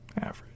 average